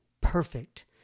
perfect